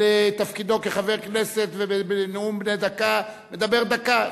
לתפקידו כחבר כנסת ובנאומים בני דקה מדבר דקה,